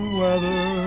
weather